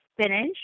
spinach